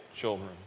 children